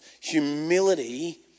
humility